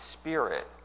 Spirit